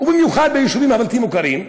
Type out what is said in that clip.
ובמיוחד ביישובים הבלתי-מוכרים?